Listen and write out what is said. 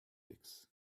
licks